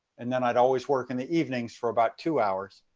and then i would always work in the evenings for about two hours.